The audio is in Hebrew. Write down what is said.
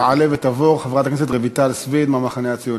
תעלה ותבוא חברת הכנסת רויטל סויד מהמחנה הציוני.